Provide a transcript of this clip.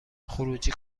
خروجی